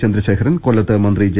ചന്ദ്രശേഖരൻ കൊല്ലത്ത് മന്ത്രി ജെ